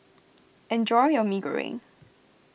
enjoy your Mee Goreng